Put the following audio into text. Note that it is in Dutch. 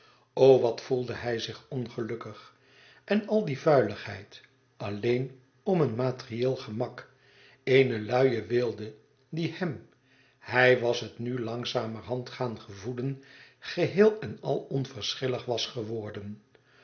o wat voelde hij zich ongelukkig en al die vuiligheid alleen om een materieel gemak eene luie weelde die hem hij was het nu langzamerhand gaan gevoelen geheel en al onverschillig was geworden